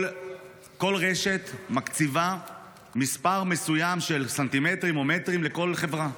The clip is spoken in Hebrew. כל רשת מקציבה מספר מסוים של סנטימטרים או מטרים לכל חברה,